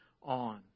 on